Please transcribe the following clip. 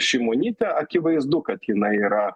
šimonytę akivaizdu kad jinai yra